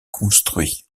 construit